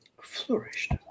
Flourished